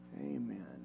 Amen